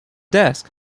desk